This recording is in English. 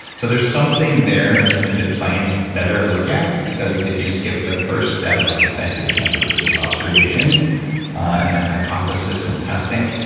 so, there's something there and something that science better look at because if you skip the first step of the scientific method which is observation and then hypothesis and testing,